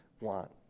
want